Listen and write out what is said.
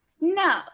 No